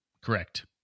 Correct